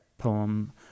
poem